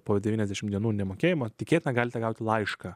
po devyniasdešim dienų nemokėjimą tikėtina galite gauti laišką